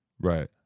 Right